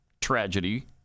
tragedy